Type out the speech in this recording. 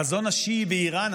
החזון השיעי באיראן,